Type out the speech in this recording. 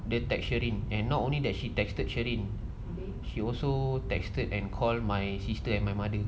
they text sheryn and not only that she texted sheryn she also texted and called my sister and my mother